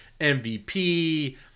MVP